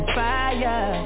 fire